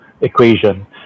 equation